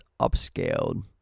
upscaled